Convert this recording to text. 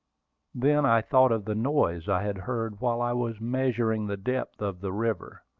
then i thought of the noise i had heard while i was measuring the depth of the river.